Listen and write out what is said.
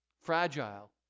fragile